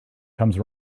comes